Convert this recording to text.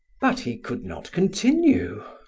but he could not continue.